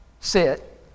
sit